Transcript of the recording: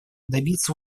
добиться